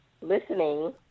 listening